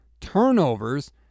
turnovers